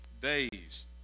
days